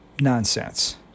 nonsense